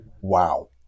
wow